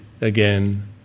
again